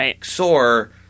soar